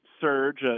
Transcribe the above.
surge